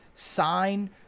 sign